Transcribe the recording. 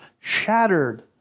shattered